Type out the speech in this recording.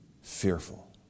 fearful